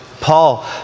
Paul